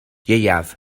ieuaf